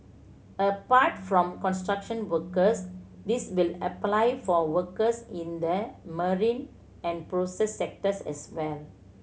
apart from construction workers this will apply for workers in the marine and process sectors as well